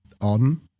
On